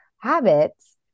habits